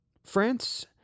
France